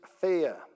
fear